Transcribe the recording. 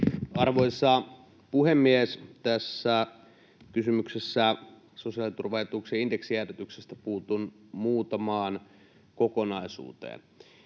Arvoisa puhemies! Tässä kysymyksessä sosiaaliturvaetuuksien indeksijäädytyksestä puutun muutamaan kokonaisuuteen.